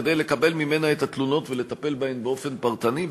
כדי לקבל ממנה את התלונות ולטפל בהן באופן פרטני.